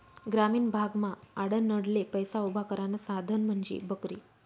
ग्रामीण भागमा आडनडले पैसा उभा करानं साधन म्हंजी बकरी